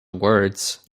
words